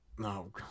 No